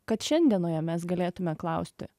kad šiandienoje mes galėtume klausti